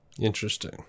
Interesting